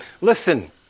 listen